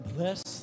Bless